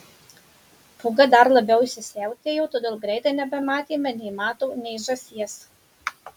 pūga dar labiau įsisiautėjo todėl greitai nebematėme nei mato nei žąsies